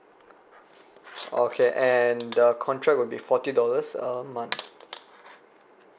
okay and the contract would be forty dollars a month